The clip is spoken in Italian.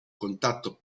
contatto